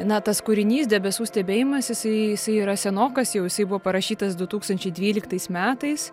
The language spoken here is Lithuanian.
na tas kūrinys debesų stebėjimas jisai jisai yra senokas jau jisai buvo parašytas du tūkstančiai dvyliktais metais